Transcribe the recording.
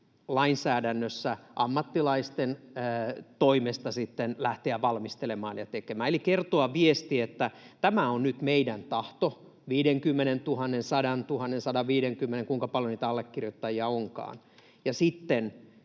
lainsäädännössä ammattilaisten toimesta sitten lähteä valmistelemaan ja tekemään. Eli kerrottaisiin viesti, että tämä on nyt meidän tahtomme, 50 000:n, 100 000:n, 150 000:n, kuinka paljon niitä allekirjoittajia onkaan,